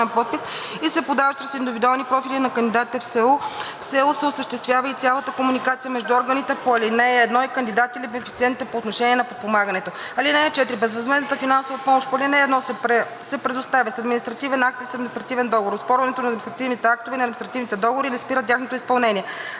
подпис и се подават чрез индивидуалните профили на кандидатите в СЕУ. В СЕУ се осъществява и цялата комуникация между органите по ал. 1 и кандидатите или бенефициентите по отношение на подпомагането. (4) Безвъзмездната финансова помощ по ал. 1 се предоставя с административен акт или с административен договор. Оспорването на административните актове и на административните договори не спира тяхното изпълнение.